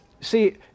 See